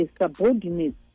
subordinates